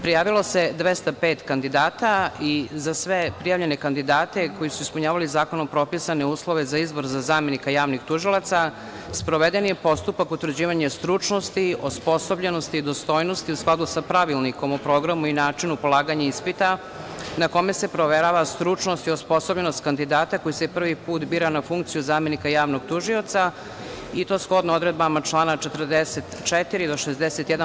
Prijavilo se 205 kandidata i za sve prijavljene kandidate koji su ispunjavali zakonom propisane uslove za izbor za zamenika javnih tužilaca, sproveden je postupak utvrđivanja stručnosti, osposobljenosti i dostojnosti u skladu sa Pravilnikom o programu i načinu polaganja ispita, na kome se proverava stručnost i osposobljenost kandidata koji se prvi put bira na funkciju zamenika javnog tužioca i to shodno odredbama člana 44. do 61.